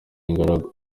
ingaragu